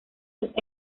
sus